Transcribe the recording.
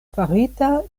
farita